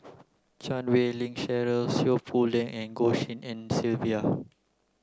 Chan Wei Ling Cheryl Seow Poh Leng and Goh Tshin En Sylvia